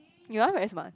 you are very smart